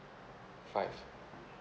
five